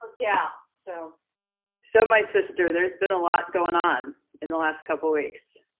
a yeah so so my sister, there's been a lot goin' on in the last couple weeks.